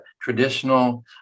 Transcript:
traditional